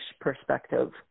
perspective